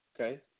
Okay